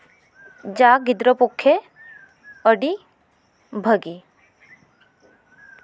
ᱡᱟ ᱜᱤᱫᱽᱨᱟᱹ ᱯᱚᱠᱠᱷᱮ ᱟᱹᱰᱤ ᱵᱷᱟᱹᱜᱤ